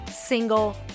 single